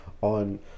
on